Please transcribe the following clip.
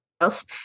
else